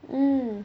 mm